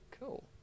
Cool